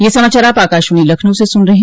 ब्रे क यह समाचार आप आकाशवाणी लखनऊ से सुन रहे हैं